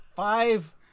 Five